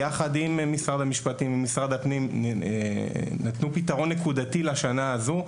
משרד המשפטים ומשרד הפנים נתנו פתרון נקודתי לשנה הזו,